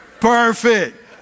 Perfect